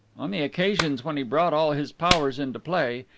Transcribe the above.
on the occasions when he brought all his powers into play,